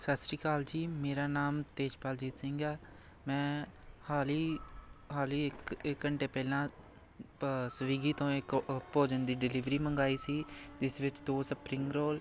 ਸਤਿ ਸ਼੍ਰੀ ਅਕਾਲ ਜੀ ਮੇਰਾ ਨਾਮ ਤੇਜਪਾਲਜੀਤ ਸਿੰਘ ਹੈ ਮੈਂ ਹਾਲ ਹੀ ਹਾਲ ਹੀ ਇੱਕ ਇੱਕ ਘੰਟੇ ਪਹਿਲਾਂ ਪ ਸਵੀਗੀ ਤੋਂ ਇੱਕ ਭੋਜਨ ਦੀ ਡਿਲੀਵਰੀ ਮੰਗਵਾਈ ਸੀ ਜਿਸ ਵਿੱਚ ਦੋ ਸਪਰਿੰਗ ਰੋਲ